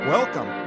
Welcome